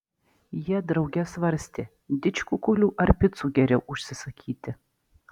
jie drauge svarstė didžkukulių ar picų geriau užsisakyti